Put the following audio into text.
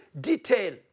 detail